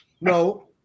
No